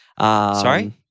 Sorry